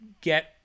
get